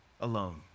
alone